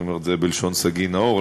אני אומר את זה בלשון סגי נהור,